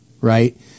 right